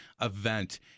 event